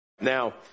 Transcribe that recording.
Now